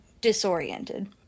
disoriented